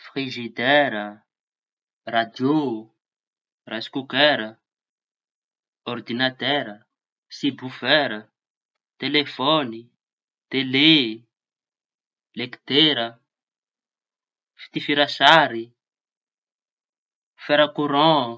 Frizidaira, radiô, raisekokera, ordinatera, sibofera, telefaony, tele, lektera, fitifira sary, fera koran.